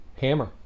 Hammer